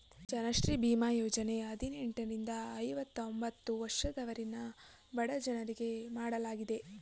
ಜನಶ್ರೀ ಬೀಮಾ ಯೋಜನೆ ಹದಿನೆಂಟರಿಂದ ಐವತೊಂಬತ್ತು ವರ್ಷದವರೆಗಿನ ಬಡಜನರಿಗೆ ಮಾಡಲಾಗಿದೆ